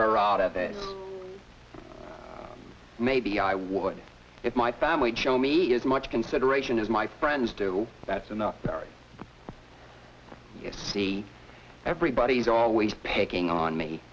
her out of it maybe i would if my family show me as much consideration as my friends do that's enough parents yes see everybody's always picking on me